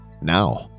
now